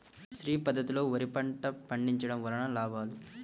శ్రీ పద్ధతిలో వరి పంట పండించడం వలన లాభాలు?